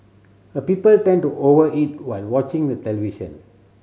a people tend to over eat while watching the television